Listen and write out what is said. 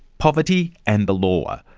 poverty and the law.